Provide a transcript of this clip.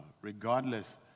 regardless